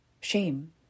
shame